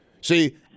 See